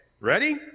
Ready